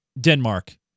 Denmark